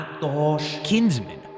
kinsmen